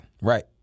right